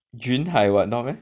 云海 [what] no meh